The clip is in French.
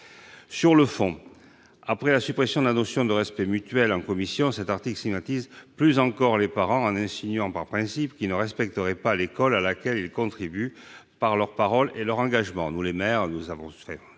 Sur le fond, après la suppression de la notion de « respect mutuel » en commission, cet article stigmatise plus encore les parents en insinuant que, par principe, ils ne respecteraient pas l'école à laquelle ils contribuent par leur parole et leur engagement. Nous, maires et anciens maires, savons